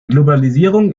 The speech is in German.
globalisierung